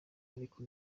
ariko